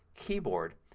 keyboard,